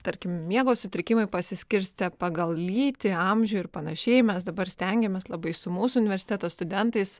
tarkim miego sutrikimai pasiskirstė pagal lytį amžių ir panašiai mes dabar stengiamės labai su mūsų universiteto studentais